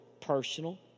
personal